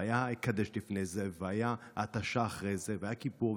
והיה קדש לפני זה והייתה ההתשה אחרי זה והיה כיפור,